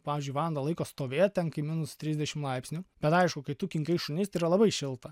pavyzdžiui valandą laiko stovėt ten kai minus trisdešimt laipsnių bet aišku kai tu kinkai šunis yra labai šilta